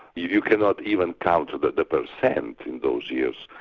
you cannot even count the the percent in those years,